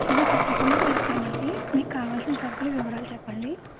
హా తప్పకుండా చేస్తామండి మీకు కావాల్సిన సరుకులు వివరాలు చెప్పండి